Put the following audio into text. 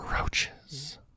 roaches